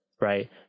right